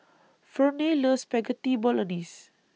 Ferne loves Spaghetti Bolognese